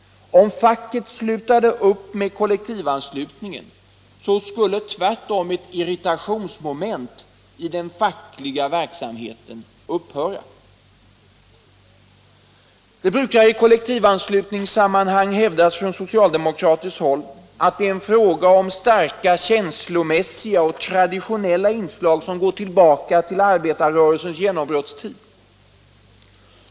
Om facket slutade upp med kollektivanslutningen, skulle tvärtom ett irritationsmoment i den fackliga verksamheten upphöra. Det brukar i kollektivanslutningssammanhang hävdas från socialdemokratiskt håll att det är en fråga om starka känslomässiga och traditionella inslag, som går tillbaka till arbetarrörelsens genombrottstid.